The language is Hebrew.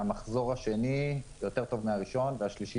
המחזור השני יותר טוב מהראשון והשלישי